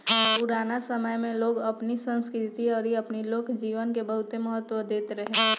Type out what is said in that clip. पुराना समय में लोग अपनी संस्कृति अउरी अपनी लोक जीवन के बहुते महत्व देत रहे